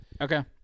Okay